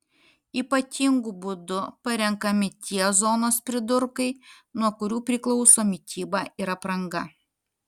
ypatingu būdu parenkami tie zonos pridurkai nuo kurių priklauso mityba ir apranga